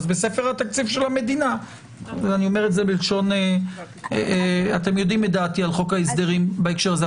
בספר התקציב של המדינה אתם יודעים את דעתי על חוק ההסדרים בהקשר הזה.